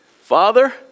Father